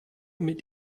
mit